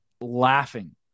laughing